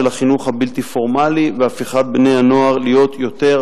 החינוך הבלתי-פורמלי והפיכת בני-הנוער להיות יותר